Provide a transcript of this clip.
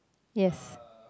yes